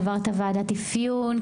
עבר את ועדת האפיון,